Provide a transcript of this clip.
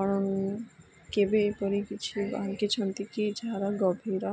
ଆପଣ କେବେ ଏପରି କିଛି ଆଙ୍କିଛନ୍ତି କି ଯାହାର ଗଭୀର